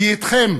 בידכם